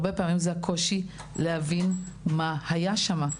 הרבה פעמים זה הקושי להבין מה היה שם.